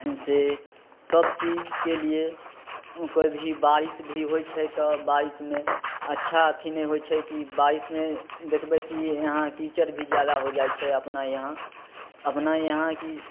से सबचीजके लिए कोइ भी बारिश भी होइ छै तऽ बारिशमे अच्छा अथी नहि होइ छै कि बारिशमे देखबै कि इहाँ कीचड़ भी जादा हो जाइ छै अपना यहाँ अपना यहाँ कि